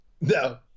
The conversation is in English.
No